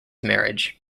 marriage